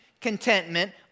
contentment